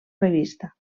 revista